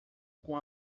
com